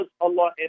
Allah